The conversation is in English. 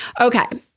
okay